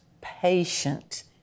patient